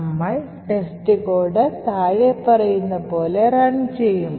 നമ്മൾ test code താഴെ പറയുന്ന പോലെ റൺ ചെയ്യും